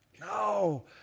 No